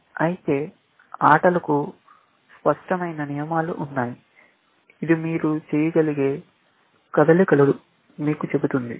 అయితే ఆటలకు స్పష్టమైన నియమాలు ఉన్నాయి ఇది మీరు చేయగలిగే కదలికలు మీకు చెబుతుంది